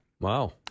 Wow